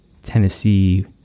tennessee